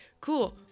cool